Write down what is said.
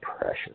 precious